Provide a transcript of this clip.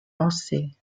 lancée